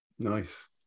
Nice